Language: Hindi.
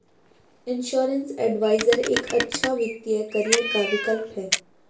इंश्योरेंस एडवाइजर एक अच्छा वित्तीय करियर का विकल्प है